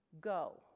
go